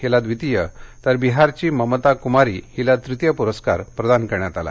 हिला द्वीतिय तर बिहारची ममता कुमारी हिला तृतीय पुस्स्कार प्रदान करण्यात आला